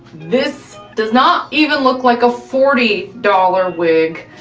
this does not even look like a forty dollars wig,